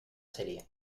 serie